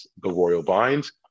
theroyalvines